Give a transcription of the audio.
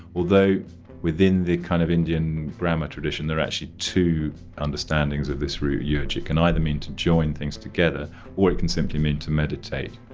although within the kind of indian grammar tradition, there are actually two understandings of this root yeah yeug. it can either mean to join things together or it can simply mean to meditate.